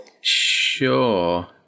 Sure